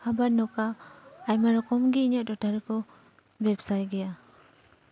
ᱟᱵᱟᱨ ᱱᱚᱠᱟ ᱟᱭᱢᱟ ᱨᱚᱠᱚᱢ ᱜᱮ ᱤᱧᱟᱹᱜ ᱴᱚᱴᱷᱟ ᱨᱮᱠᱚ ᱵᱮᱵᱥᱟᱭ ᱜᱮᱭᱟ